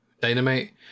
Dynamite